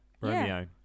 Romeo